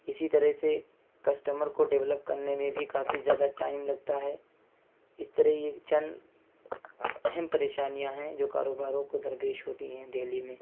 اسی طرح سے کسٹمر کو ڈیولپ کرنے میں بھی کافی زیادہ ٹائم لگتا ہے اس طرح یہ چند اہم پریشانیاں ہیں جو کاروباروں کو دربیش ہوتی ہیں دہلی میں